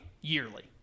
yearly